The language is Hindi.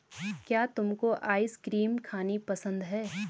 क्या तुमको आइसक्रीम खानी पसंद है?